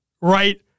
right